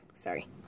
Sorry